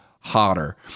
hotter